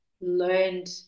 learned